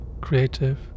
creative